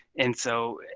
and so